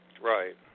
right